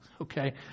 Okay